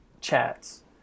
chats